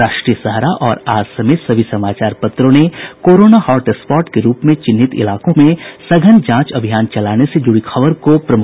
राष्ट्रीय सहारा और आज समेत सभी समाचार पत्रों ने कोरोना हॉट स्पॉट के रूप में चिन्हित इलाकों में सघन जांच अभियान चलाने से जुड़ी खबर को प्रमुखता दी है